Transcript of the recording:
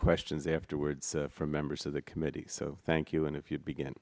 questions afterwards from members of the committee so thank you and if you begin